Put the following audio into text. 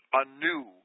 anew